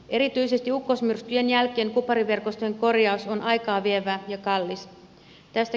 erityisesti ukkosmyrskyjen jälkeen kupariverkostojen korjaus on aikaa vievää ja kallista